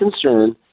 concern